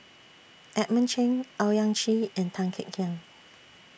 Edmund Cheng Owyang Chi and Tan Kek Hiang